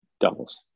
Doubles